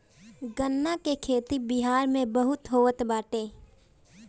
गन्ना के खेती बिहार में बहुते होत बाटे